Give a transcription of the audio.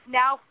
now